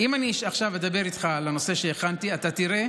אם אדבר איתך על הנושא שהכנתי, אתה תראה